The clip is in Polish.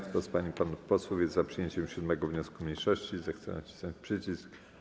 Kto z pań i panów posłów jest za przyjęciem 7. wniosku mniejszości, zechce nacisnąć przycisk.